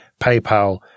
PayPal